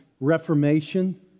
Reformation